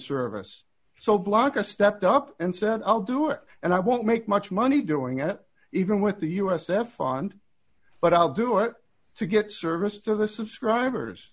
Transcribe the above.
service so block i stepped up and said i'll do it and i won't make much money doing it even with the us if fund but i'll do it to get service to the subscribers